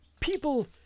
people